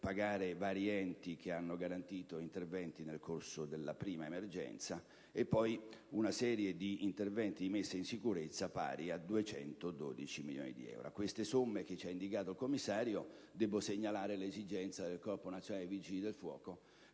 pagare vari enti che hanno garantito interventi nel corso della prima emergenza, e poi una serie di interventi di messa in sicurezza pari a 212 milioni di euro. A queste somme che ci ha indicato il commissario debbo aggiungere l'esigenza del Corpo nazionale dei vigili del fuoco,